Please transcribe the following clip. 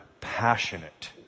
passionate